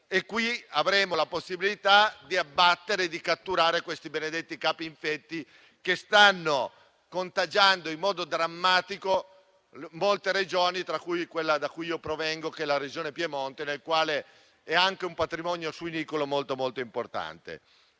Qui avremo la possibilità di abbattere e di catturare questi benedetti capi infetti che stanno contagiando in modo drammatico molte Regioni, tra cui quella da cui provengo, che è la Regione Piemonte, dove si trova anche un patrimonio suinicolo molto importante.